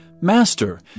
Master